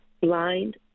blind